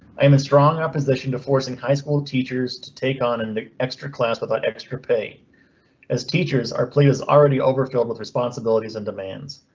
i am a strong opposition to forcing high school teachers to take on an extra class without extra pay as teachers are players already overfilled with responsibilities and demands.